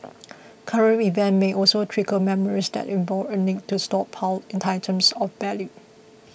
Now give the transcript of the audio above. current events may also trigger memories that involve a need to stockpile items of value